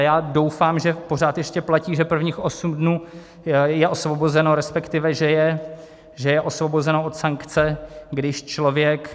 Já doufám, že pořád ještě platí, že prvních osm dnů je osvobozeno, resp. že je osvobozeno od sankce, když člověk...